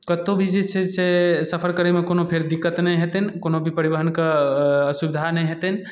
कतहु भी जे छै से सफर करैमे कोनो फेर दिक्कत नहि हेतनि कोनो भी परिवहनके असुविधा नहि हेतनि